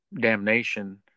damnation